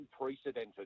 unprecedented